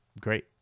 great